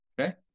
Okay